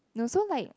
no so like